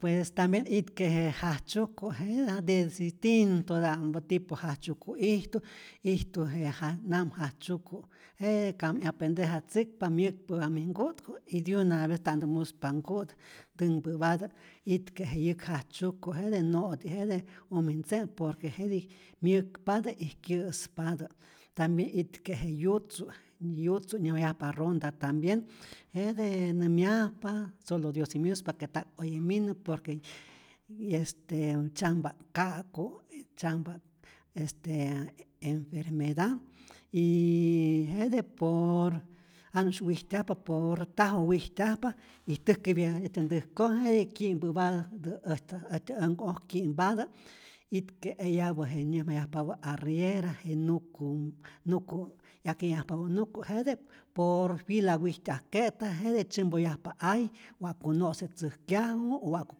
Pues tambien itke je jajtzyuku', jete de distintota'mpä tipo jajtzyuju' ijtu, ijtu je ja nam jajtzyuku, jete kam 'yapendejatzäkpa myäkpä'pä mij nku'tku y diuna vez nta'tä muspa nku'tä, ntänhpä'patä, itke' je yäk jajtzyuku' jete no'ti' jete umij ntze'mu por que jetij myäkpatä y kyä'spatä, tambien itke' je yutzu', yutzu nyäjmayajpa ronda tambien, jete nämyajpa solo diojsi myuspa que nta'k oye minä, por que este tzyampa'k ka'ku', tzyampa'k este enfermeda', y jete pooor janu'sy wijtyajpa, pooor tajo wijtyajpa y täjkäpya äjtyä ntäjko, jetij kyi'mpäpatä äjtyä äjtyä änhku'oj kyi'mpatät, itke eyapä je nyäjmayajpapä arriera, je nuku nuku 'yaj 'ye'nhyajpapä' nuku', jete por fila wijtyajke'ta, jete tzyämpoyajpa ay, wa'ku no'se tzäjkyaju, wa'ku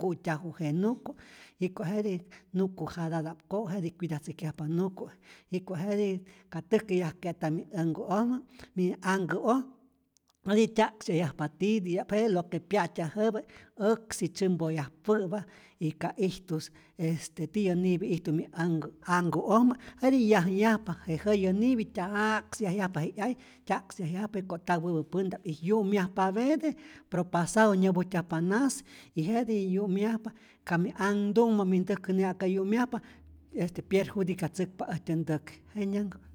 ku'tyaju je nuku', jiko jetij nuku jatata'p ko'ak, jetij cuidatzäjkyajpa nuku', jiko' jetij ka täjkäyajke'ta änhku'ojmä anhkä'oj, jetij tya'ks yajpa titiap, jete lo que pya'tyajäpä, äksi tzyämpoyajpä'pa y ka ijtus tiyä nipi ijtu anhkä anhkä'ojmä jetij yajyajpa, je jäyä nipi ty'ks yajyajpa, je 'yay tya'ks yajyajpa jiko nta wäpä pänta'p y yu'myajpapeete propasado nyäpujtyajpa nas y jete yu'myajpa ka mij anhtukmä mij ntäjkäti aka yu'myajpa este pyerjudicatzäkpa äjtyä ntäk, jenyanhkä'.